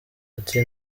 ati